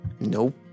Nope